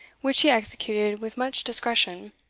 which he executed with much discretion.